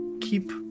keep